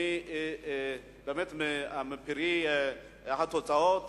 מפרי התוצאות